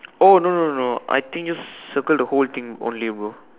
oh no no no no I think just circle the whole thing only bro